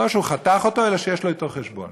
לא שהוא חתך אותו, אלא שיש לו אתו חשבון.